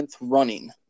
running